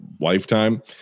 lifetime